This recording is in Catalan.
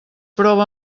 prova